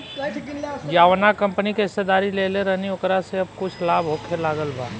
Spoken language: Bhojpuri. जावना कंपनी के हिस्सेदारी लेले रहनी ओकरा से अब कुछ लाभ होखे लागल बा